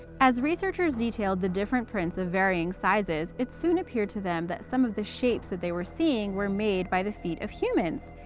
as researchers detailed the different prints of varying sizes, it soon appeared to them that some of the shapes they were seeing were made by the feet of humans.